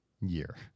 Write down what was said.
year